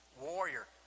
warrior